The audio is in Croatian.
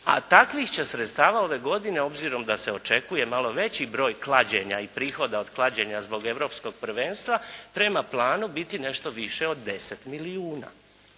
a takvih će sredstava ove godine obzirom da se očekuje malo veći broj klađenja i prihoda od klađenja zbog europskog prvenstva, prema planu biti nešto više od 10 milijuna.